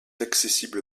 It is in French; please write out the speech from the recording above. accessible